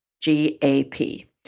G-A-P